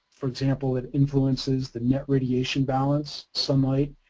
for example, it influences the net radiation balance, sunlight